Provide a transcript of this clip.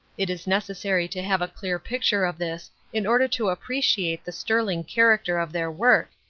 it is necessary to have a clear picture of this in order to appreciate the sterling character of their work,